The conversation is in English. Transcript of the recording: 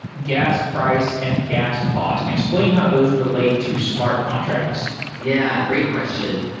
gas price and gas cost and explain how those relate to smart contracts yeah, great question.